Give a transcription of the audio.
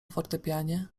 fortepianie